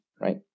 right